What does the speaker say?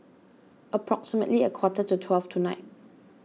approximately a quarter to twelve tonight